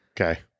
Okay